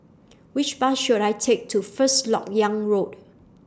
Which Bus should I Take to First Lok Yang Road